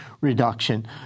reduction